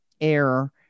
air